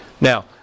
Now